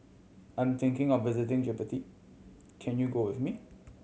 I'm thinking of visiting Djibouti can you go with me